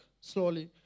slowly